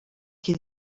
qui